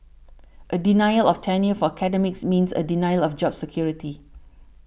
a denial of tenure for academics means a denial of job security